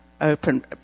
open